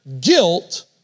guilt